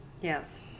Yes